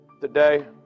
today